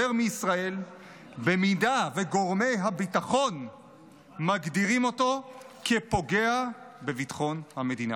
מישראל אם גורמי הביטחון מגדירים אותו כפוגע בביטחון המדינה,